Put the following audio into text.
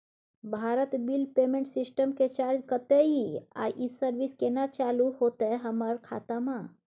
Bharat bill payment system के charge कत्ते इ आ इ सर्विस केना चालू होतै हमर खाता म?